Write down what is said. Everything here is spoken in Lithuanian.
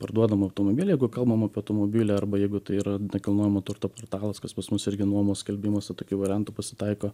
parduodamą automobilį jeigu kalbam apie automobilį arba jeigu tai yra nekilnojamo turto portalas kas pas mus irgi nuomos skelbimų su tokiu variantu pasitaiko